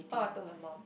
oh I told my mum